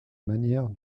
manière